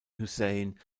hussein